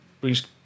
Brings